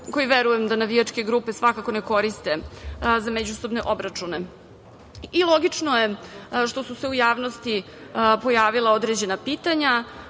koji verujem da navijačke grupe svakako ne koriste za međusobne obračune. Logično je što su se u javnosti pojavila određena pitanja.